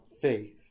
faith